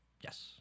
Yes